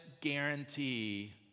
guarantee